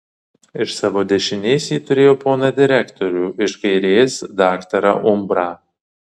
iš savo dešinės ji turėjo poną direktorių iš kairės daktarą umbrą